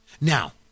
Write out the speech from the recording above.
Now